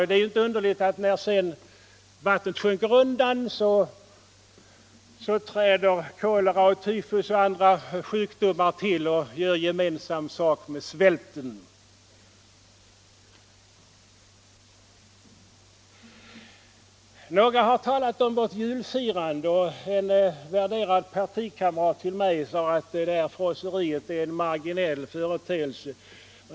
Det är då inte underligt att när vattnet sedan sjönk undan kolera, tyfus och andra sjukdomar, gjort gemensam sak med svälten. Några har talat om vårt julfirande, och en värderad partikamrat till mig sade att det frosseri som förekommer bara är en marginell företelse.